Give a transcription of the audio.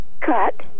cut